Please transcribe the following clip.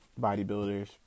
bodybuilders